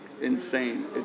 insane